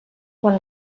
quan